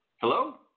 Hello